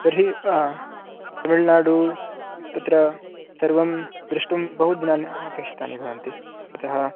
अस्तु तर्हि तमिल्नाडु तत्र सर्वं दृष्टुं बहु दिनानि अपेक्षितानि भवन्ति